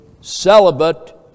celibate